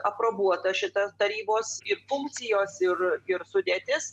aprobuotas šitas tarybos ir funkcijos ir ir sudėtis